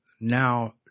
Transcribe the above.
now